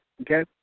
Okay